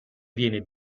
viene